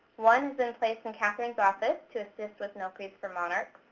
one has been placed in catherine's office to assist with milkweeds for monarchs.